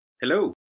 Hello